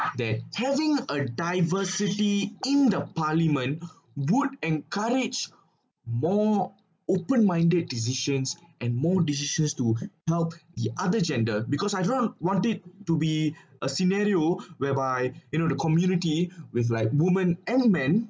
that having a diversity in the parliament would encourage more open minded decisions and more decisions to help the other gender because I do not want it to be a scenario whereby you know the community with like women and men